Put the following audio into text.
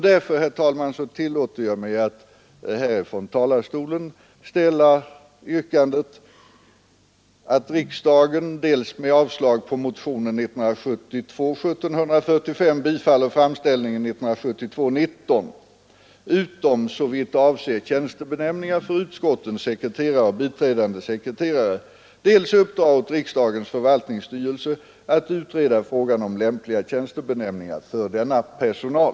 Därför, herr ån talarstolen ställa följande yrkande: att talman, tillåter jag mig att här fr: riksdagen och biträdande sekreterare, dels uppdrar åt riksdagens förvaltningsstyrelse att utreda frågan om lämpliga tjänstebenämningar för denna personal.